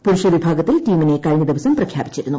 പുരുഷ വിഭാഗത്തിൽ ടീമിനെ കഴിഞ്ഞ ദിവസം പ്രഖ്യാപിച്ചിരുന്നു